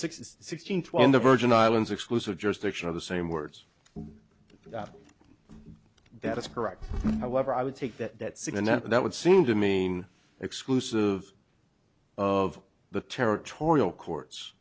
the sixteenth when the virgin islands exclusive jurisdiction of the same words that is correct however i would take that in and that would seem to mean exclusive of the territorial court's